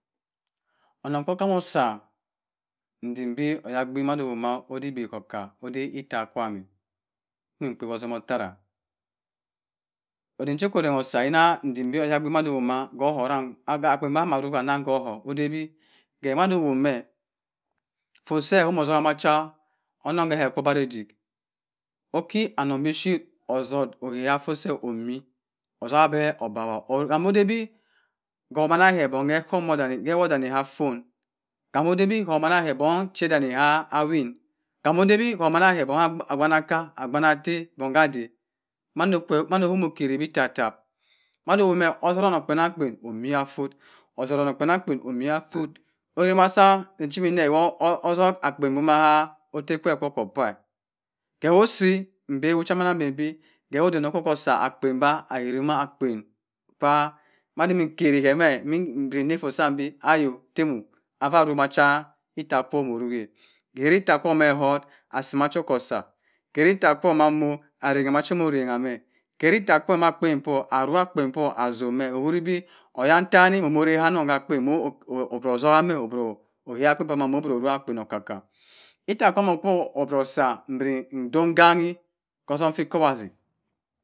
. Onung kwu hamo osa ndim bo oyagbin mah no owemeh odibi oka ode. Ita kwam-eh mmkpe otom otarah onung kwu homo ofer o osa inah ndinbi oyagbing mah nowo mah gho hurang aga akpen mah mah aruk koho odebi keh manowomme foseh himo otagha cha oneng heh okwu obaroh udik oki anang bi shep osoh oheh hafoseh omi otogha beh obarangho ode bi kumana heh bonhe kamo debi homanhe bon che dawin kamodebi omanna heh ogbabaka agbana ate hah adeh mano kwe mano himo okari bi etata mano owomme osoh onung akpenang kpen umo afforrt osoh oneng kpenang kpen umi affort ohemasan nchibhe hoh soh akpen bumaha ote kwe okoh opa-eh kewo usi mbe ewu cha manganbe bi kewu odene keke osah akpen bah ahere ma akpen pah mani keri hemeh mbirin teeh mforr sam beh ayo tewo afa rorh ma cha ita kwo muru-eh hereh ita kwo meh iehor asima cho-ku usah keri ita kwo mma arenghe ma cho mo orengha meh keri ita kwo mah akpen poh arugha akpen poh asumme ukuribi oyantani moh moh aharem ka akpen moh otogha osoha meh oboro oyan kpen pah meh muburu uruk akpen okoka ita kwam okoh otoh sah ndogannne otom feh okobase.